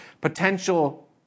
potential